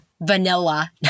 Vanilla